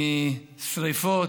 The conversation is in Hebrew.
משרפות,